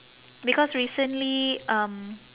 because recently um